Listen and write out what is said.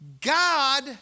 God